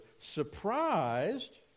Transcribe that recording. Surprised